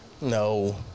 No